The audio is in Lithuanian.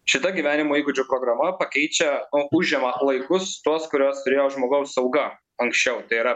šita gyvenimo įgūdžių programa pakeičia užima laikus tuos kuriuos turėjo žmogaus sauga anksčiau tai yra